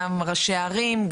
גם ראשי ערים,